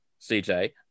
cj